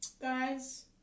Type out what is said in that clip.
Guys